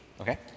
Okay